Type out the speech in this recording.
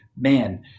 man